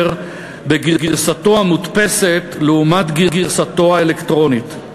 בגרסתו המודפסת לעומת גרסתו האלקטרונית.